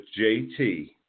JT